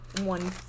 one